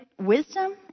wisdom